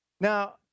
Now